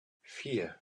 vier